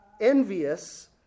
envious